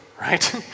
Right